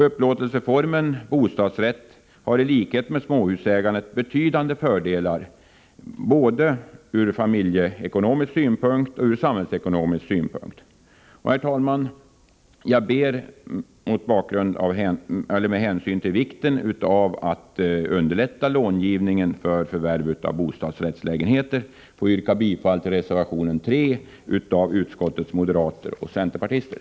Upplåtelseformen bostadsrätt har i likhet med småhusägandet betydande fördelar både från familjeekonomisk synpunkt och från samhällsekonomisk synpunkt. Herr talman! Med hänsyn till vikten av att underlätta långivningen för förvärv av bostadsrättslägenheter ber jag att få yrka bifall till reservation 3 av utskottets moderater och centerpartister.